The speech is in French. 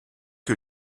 que